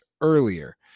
earlier